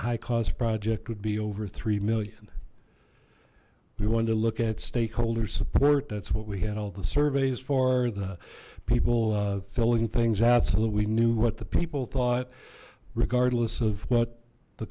high cost project would be over three million we wanted to look at stakeholder support that's what we had all the surveys for the people filling things out so that we knew what the people thought regardless of what the